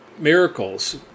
Miracles